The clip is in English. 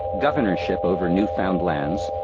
governorship over new-found lands,